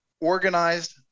organized